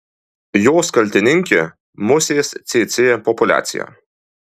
jos kaltininkė musės cėcė populiacija